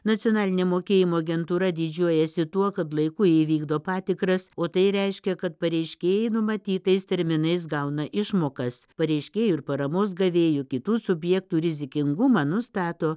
nacionalinė mokėjimo agentūra didžiuojasi tuo kad laiku įvykdo patikras o tai reiškia kad pareiškėjai numatytais terminais gauna išmokas pareiškėjų ir paramos gavėjų kitų subjektų rizikingumą nustato